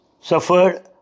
suffered